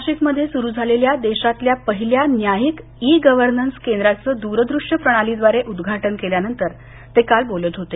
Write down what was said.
नाशिकमध्ये सुरू झालेल्या देशातल्या पहिल्या न्यायिक ई गव्हर्नंस केंद्राचं द्रदृश्य प्रणालीद्वारे उद्घाटन केल्यानंतर ते काल बोलत होते